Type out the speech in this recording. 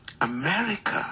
america